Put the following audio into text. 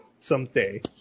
someday